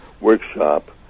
workshop